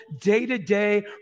day-to-day